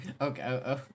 okay